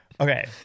Okay